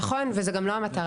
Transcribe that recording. נכון, וזו גם לא המטרה.